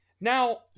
Now